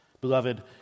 Beloved